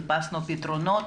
חיפשנו פתרונות